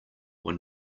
were